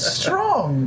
strong